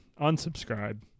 unsubscribe